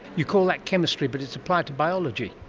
you call that chemistry but it's applied to biology.